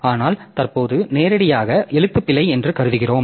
ஆனால் தற்போது நேரடியாக எழுத்துப்பிழை என்று கருதுகிறோம்